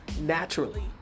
naturally